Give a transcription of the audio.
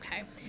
Okay